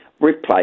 replace